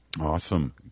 Awesome